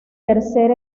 tercer